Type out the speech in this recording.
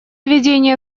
введения